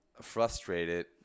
frustrated